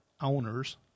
owners